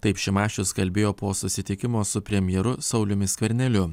taip šimašius kalbėjo po susitikimo su premjeru sauliumi skverneliu